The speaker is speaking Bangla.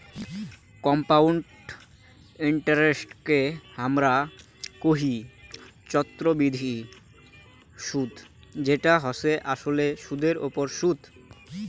কম্পাউন্ড ইন্টারেস্টকে হামরা কোহি চক্রবৃদ্ধি সুদ যেটা হসে আসলে সুদের ওপর সুদ